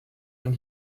man